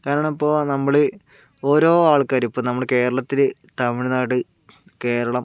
കാരണം ഇപ്പോൾ നമ്മൾ ഓരോ ആൾക്കാർ ഇപ്പോൾ നമ്മൾ കേരളത്തിൽ തമിഴ് നാട് കേരളം